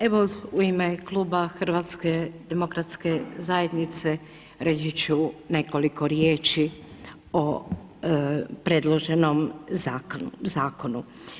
Evo u ime kluba HDZ-a reći ću nekoliko riječi o predloženom zakonu.